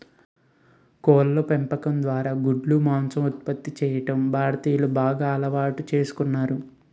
కోళ్ళ పెంపకం ద్వారా గుడ్లు, మాంసం ఉత్పత్తి చేయడం భారతీయులు బాగా అలవాటు చేసుకున్నారు